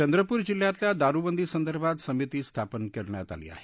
चंद्रपूर जिल्ह्यातल्या दारूबंदी संदर्भात समिती स्थापन केली आहे